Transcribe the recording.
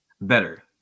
Better